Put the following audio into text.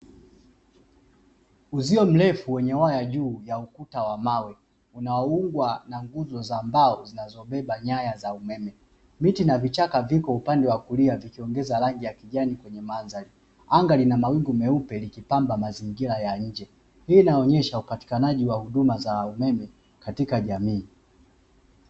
Uzio mrefu wenye waya juu ya ukuta wa mawe unaoungwa na nguzo za mbao zinazobeba nyaya za umeme, miti na vichaka vipo upande wa kulia vikiongeza rangi ya kijani kwenye mandhari, anga lina mawingu meupe likipamba mazingira ya nje, hii inaonesha upatikanaji wa huduma za umeme katika jamii.